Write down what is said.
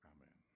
Amen